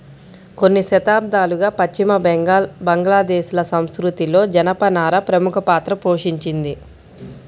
కొన్ని శతాబ్దాలుగా పశ్చిమ బెంగాల్, బంగ్లాదేశ్ ల సంస్కృతిలో జనపనార ప్రముఖ పాత్ర పోషించింది